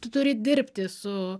tu turi dirbti su